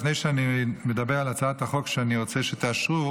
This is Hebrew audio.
לפני שאני מדבר על הצעת החוק שאני רוצה שתאשרו,